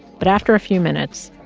but after a few minutes,